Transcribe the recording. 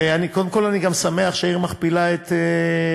ואני קודם כול גם שמח שהעיר מכפילה את אוכלוסייתה,